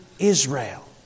Israel